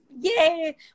Yay